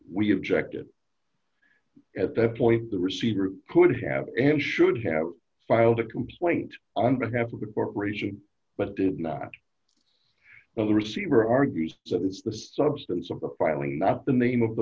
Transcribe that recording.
we objected at that point the receiver could have and should have filed a complaint on behalf of the corporation but did not well the receiver argues that it's the substance of the filing not the name of the